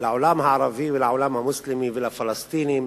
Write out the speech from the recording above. לעולם הערבי, לעולם המוסלמי ולפלסטינים,